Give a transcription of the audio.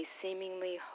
seemingly